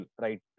right